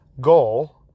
goal